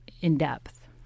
in-depth